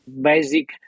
basic